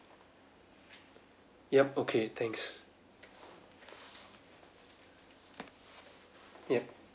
yup okay thanks yup